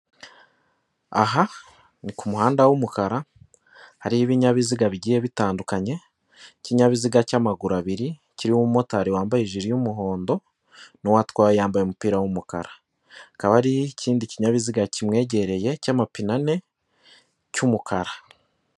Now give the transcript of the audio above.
Aha ni ku muhanda w'umukara hari ibinyabiziga bigiye bitandukanye ikinyabiziga cy'amaguru abiri kiriho umumotari wambaye ijiri y'umuhondo hakaba nundi uwatwaye yambaye umupira w'umukara, hakaba hari ari ikindi kinyabiziga kimwegereye cy'amapine cy'umukara.